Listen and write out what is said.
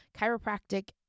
chiropractic